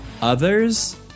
others